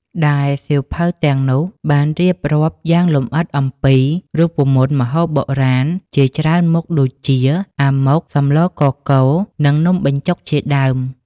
ដែលសៀវភៅទាំងនោះបានរៀបរាប់យ៉ាងលម្អិតអំពី រូបមន្តម្ហូបបុរាណ ជាច្រើនមុខដូចជា អាម៉ុក សម្លរកកូរ និងនំបញ្ចុក ជាដើម។